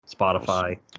Spotify